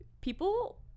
people –